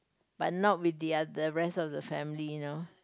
but not with the other the rest of the family you know